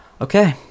Okay